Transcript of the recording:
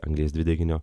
anglies dvideginio